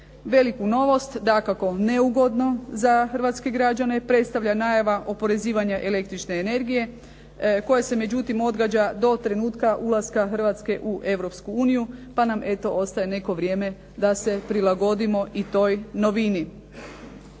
Veliku novost, dakako neugodno za hrvatske građane predstavlja najava oporezivanja električne energije koje se međutim odgađa do trenutka ulaska Hrvatske u Europsku uniju pa nam eto ostaje neko vrijeme da se prilagodimo i toj novini.